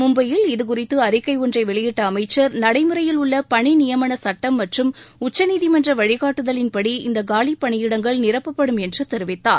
மும்பையில் இதுகுறித்து அறிக்கை ஒன்றை வெளியிட்ட அமைச்சர் நடைமுறையில் உள்ள பணி நியமன சுட்டம் மற்றும் உச்சநீதிமன்ற வழிகாட்டுதலின்படி இந்த காலிப்பணியிடங்கள் நிரப்பப்படும் என்று தெரிவித்தார்